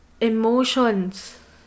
emotions